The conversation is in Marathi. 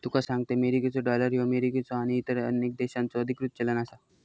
तुका सांगतंय, मेरिकेचो डॉलर ह्यो अमेरिकेचो आणि इतर अनेक देशांचो अधिकृत चलन आसा